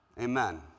amen